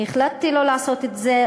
אני החלטתי לא לעשות את זה.